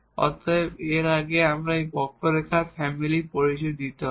অতএব তার আগে আমাদের এই কার্ভর ফ্যামিলির পরিচয় দিতে হবে